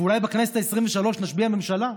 ואולי בכנסת העשרים-ושלוש נשביע ממשלה.